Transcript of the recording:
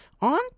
on